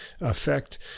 effect